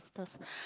sisters